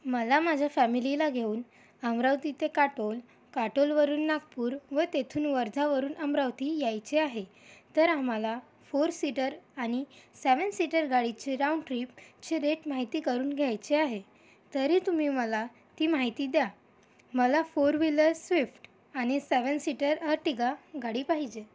मला माझ्या फॅमिलीला घेऊन अमरावती ते काटोल काटोलवरून नागपूर व तेथून वर्धावरून अमरावती यायचे आहे तर आम्हाला फोर सीटर आणि सेव्हन सीटर गाडीचे राउंड ट्रिपचे रेट माहिती करून घ्यायचे आहे तरी तुम्ही मला ती माहिती द्या मला फोर व्हीलर स्विफ्ट आणि सेव्हन सीटर अर्टिगा गाडी पाहिजे